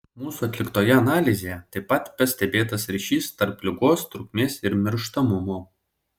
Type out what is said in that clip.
mūsų atliktoje analizėje taip pat pastebėtas ryšys tarp ligos trukmės ir mirštamumo